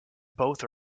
both